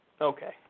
Okay